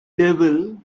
devil